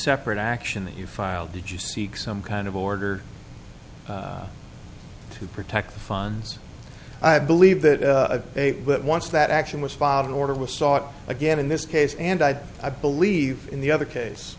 separate action that you file did you seek some kind of order to protect funds i believe that a a what once that action was filed an order was sought again in this case and i i believe in the other case